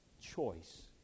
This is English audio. Choice